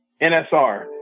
NSR